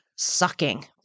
sucking